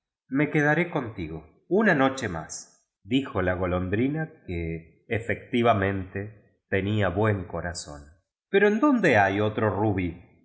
me quedará contigo una noche más dijo la golondrina que efectivamente tenía buen corazón pero en dónde hay otro rubí